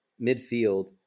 Midfield